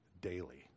daily